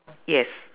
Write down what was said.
yes